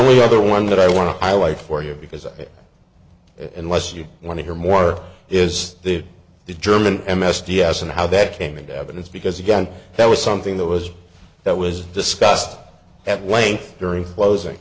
the other one that i want to highlight for you because unless you want to hear more is the german m s g s and how that came into evidence because again that was something that was that was discussed at length during closing